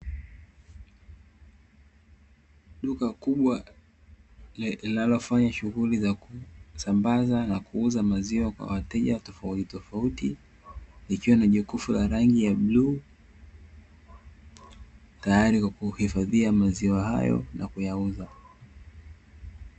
Duka kubwa linalofanya shughuli za kusambaza na kuuza maziwa kwa wateja tofauti tofauti, ikiwa ni jokofu la rangi ya bluu, tayari kwa kuhifadhiua maziwa hayo na kuyauza.